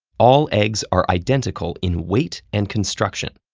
all eggs are identical in weight and construction,